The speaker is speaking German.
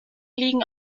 liegen